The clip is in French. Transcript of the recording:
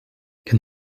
qu’à